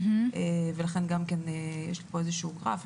יש לי גרף,